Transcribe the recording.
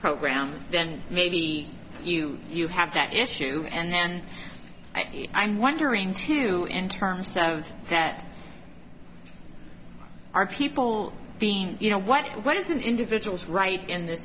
program then maybe you you have that issue and i'm wondering too in terms of that are people being you know what what is an individual's right in th